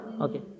Okay